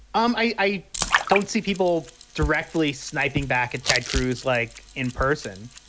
um i don't see people directly sniping back at ted cruz like in person.